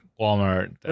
Walmart